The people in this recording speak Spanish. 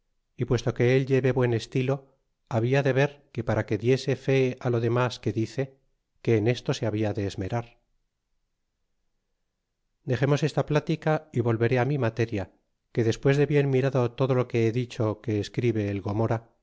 y puesto que el lleve buen estilo habia de ver que para que diese fe lo demas que dice que en esto se habla de esmerar dexemos esta plática y volveré mi materia que despues de bien mirado todo lo que he dicho que escribe el gomora